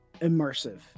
immersive